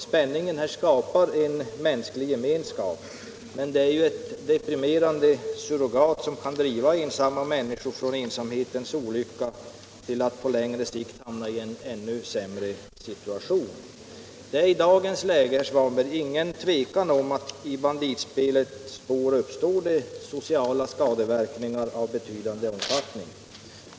Spänningen här skapar en mänsklig gemenskap, men det är ett deprimerande surrogat som kan driva ensamma människor från ensamhetens olycka in i en ännu sämre situation på längre sikt. Det är i dagens läge, herr Svanberg, inget tvivel om att det i banditspelets spår uppstår sociala skadeverkningar av betydande omfattning.